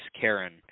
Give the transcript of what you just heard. Karen